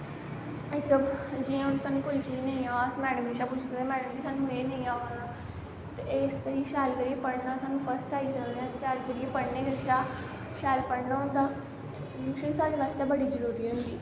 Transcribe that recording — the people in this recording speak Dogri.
इक जियां स्हानू कोई चीज़ नेंई आ अस मैड़म कशा पुच्छी सकदे मैड़म जी साह्नू एह् नेंई अवा दा ते इस करियै शैल करियै पढ़ना स्हानू फस्ट आई सकने आं अस शैल करियै पढ़नै कशा शैल पढ़ना होंदा टयूशन साढ़े आस्तै बड़ी जरूरी होंदी